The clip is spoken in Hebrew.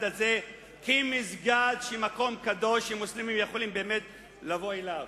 הזה כמסגד ומקום קדוש שמוסלמים יכולים לבוא אליו.